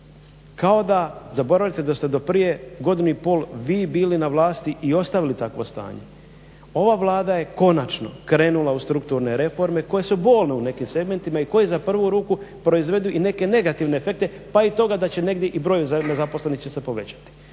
kao da zaboravljate da ste do prije godinu i pol vi bili na vlasti i ostavili takvo stanje. Ova Vlada je konačno krenula u strukturne reforme koje su bolne u nekim segmentima i koje za prvu ruku proizvedu i neke negativne efekte pa i toga da će negdje i broj nezaposlenih će se povećati.